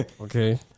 Okay